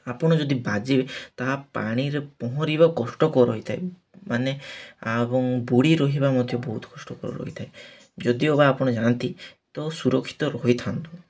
ଆପଣ ଯଦି ବାଜିବେ ତାହା ପାଣିରେ ପହଁରିବା କଷ୍ଟକର ହୋଇଥାଏ ମାନେ ଏବଂ ବୁଡ଼ି ରହିବା ମଧ୍ୟ ବହୁତ କଷ୍ଟକର ହୋଇଥାଏ ଯଦିଓ ବା ଆପଣ ଯାଆନ୍ତି ତ ସୁରକ୍ଷିତ ରହିଥାନ୍ତୁ